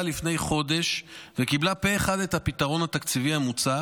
לפני חודש וקיבלה פה אחד את הפתרון התקציבי המוצע